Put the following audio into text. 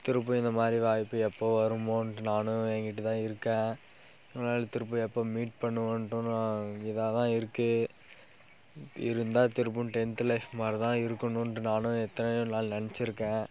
திரும்பி இந்த மாதிரி வாய்ப்பு எப்போ வருமோன்ட்டு நானும் ஏங்கிட்டுதான் இருக்கேன் திரும்பி எப்போ மீட் பண்ணுவோன்ட்டு நான் இதாகதான் இருக்குது இருந்தால் திரும்பி டென்த்து லைஃப் மாதிரிதான் இருக்குதுனுன்ட்டு நானும் எத்தனையோ நாள் நினைச்சிருக்கேன்